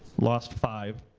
lost five.